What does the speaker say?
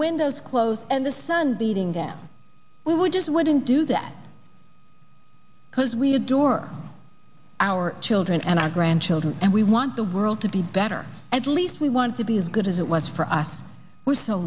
windows closed and the sun beating that we would just wouldn't do that because we adore our children and our grandchildren and we want the world to be better at least we want to be as good as it was for us we're so